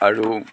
আৰু